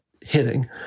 hitting